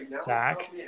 Zach